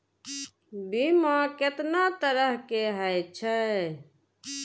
बीमा केतना तरह के हाई छै?